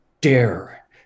dare